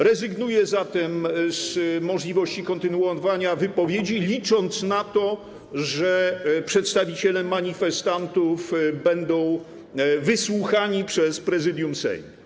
Rezygnuję zatem z możliwości kontynuowania wypowiedzi, licząc na to, że przedstawiciele manifestantów będą wysłuchani przez Prezydium Sejmu.